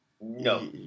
No